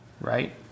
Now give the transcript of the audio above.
right